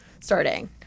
starting